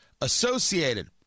associated